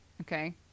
Okay